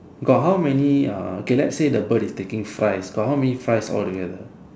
got how many ah okay let's say the bird is taking fries got how many fries all together